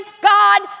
God